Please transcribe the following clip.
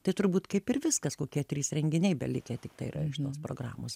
tai turbūt kaip ir viskas kokie trys renginiai belikę tiktai yra iš tos programos